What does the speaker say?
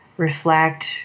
reflect